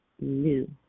new